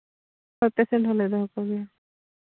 ᱟᱨ ᱯᱮᱥᱮᱱᱴ ᱦᱚᱸᱞᱮ ᱫᱚᱦᱚ ᱠᱚᱜᱮᱭᱟ